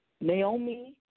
Naomi